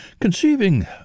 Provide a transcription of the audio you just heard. Conceiving